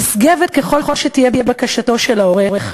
נשגבת ככל שתהיה בקשתו של העורך,